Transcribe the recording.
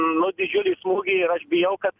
nu didžiulį smūgį ir aš bijau kad